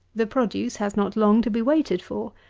the produce has not long to be waited for.